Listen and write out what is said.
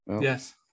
Yes